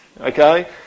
okay